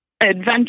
adventure